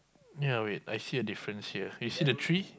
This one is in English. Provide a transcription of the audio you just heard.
yea wait I see a different here you see the tree